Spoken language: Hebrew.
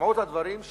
משמעות הדברים היא